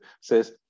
says